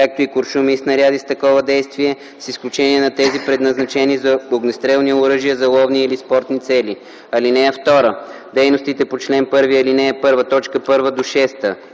както и куршуми и снаряди с такова действие, с изключение на тези, предназначени за огнестрелни оръжия за ловни или спортни цели. (2) Дейностите по чл. 1, ал. 1, т.